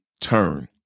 turn